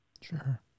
Sure